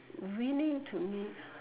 winning to me